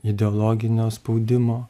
ideologinio spaudimo